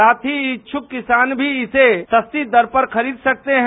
साथ ही इच्छक किसान भी इसे सस्ती दर पर खरीद सकते हैं